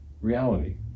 reality